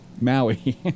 Maui